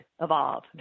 evolve